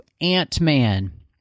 Ant-Man